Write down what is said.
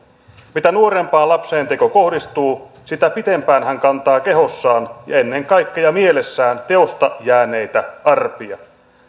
mitä nuorempaan lapseen teko kohdistuu sitä pitempään hän kantaa kehossaan ja ennen kaikkea mielessään teosta jääneitä arpia